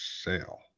sale